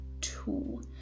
two